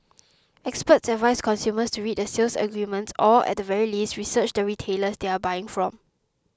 experts advise consumers to read the sales agreements or at the very least research the retailers they are buying from